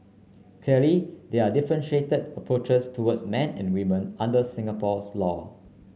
clearly there are differentiated approaches toward men and women under Singapore's laws